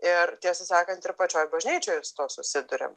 ir tiesą sakant ir pačioj bažnyčioj su tuo susiduriam